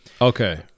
Okay